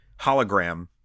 hologram